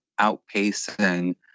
outpacing